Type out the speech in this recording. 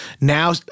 Now